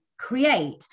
create